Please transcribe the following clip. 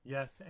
Yes